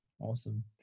awesome